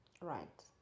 Right